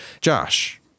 Josh